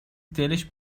دلش